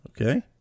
Okay